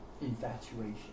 Infatuation